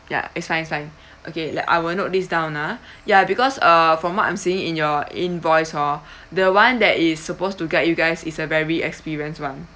yeah it's fine it's fine okay like I will note this down ah ya because uh for what I'm seeing in your invoice hor the one that is supposed to guide you guys is a very experience one